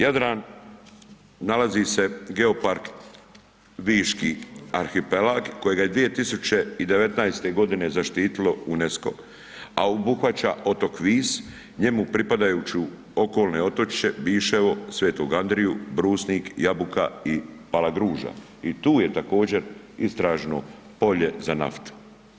Jadran nalazi se geopark viški arhipelag kojega je 2019. godine zaštitilo UNESCO, a obuhvaća otok Vis, njemu pripadajuće okolne otočiće Biševo, Svetog Andriju, Brusnik, Jabuka i Palagruža i tu je također istražno polje za naftu.